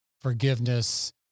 forgiveness